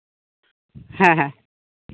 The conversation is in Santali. ᱦᱮᱸ ᱦᱮᱸ